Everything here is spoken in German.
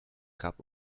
gab